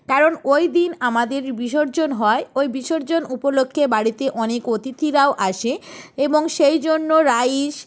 কারণ ওই দিন আমাদের বিসর্জন হয় ওই বিসর্জন উপলক্ষে বাড়িতে অনেক অতিথিরাও আসে এবং সেই জন্য রাইস